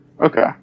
Okay